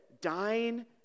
dying